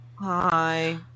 Hi